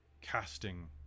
casting